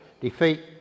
defeat